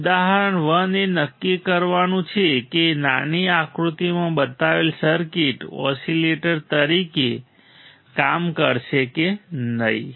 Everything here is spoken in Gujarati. ઉદાહરણ 1 એ નક્કી કરવાનું છે કે નીચેની આકૃતિમાં બતાવેલ સર્કિટ ઓસીલેટર તરીકે કામ કરશે કે નહીં